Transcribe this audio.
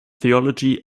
theology